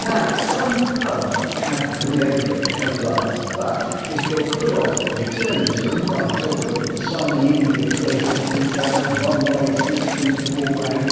now, some pubs have reopened at last but if you're put off returning to them by talk of signing in with your personal details, one-way systems to walk round,